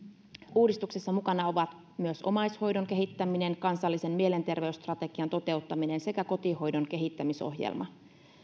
uudistuksessa mukana ovat myös omaishoidon kehittäminen kansallisen mielenterveysstrategian toteuttaminen sekä kotihoidon kehittämisohjelma